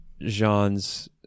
Jean's